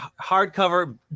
hardcover